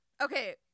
Okay